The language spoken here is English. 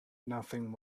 nothing